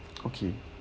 okay